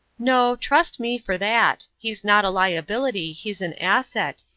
no. trust me for that. he's not a liability, he's an asset.